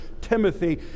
Timothy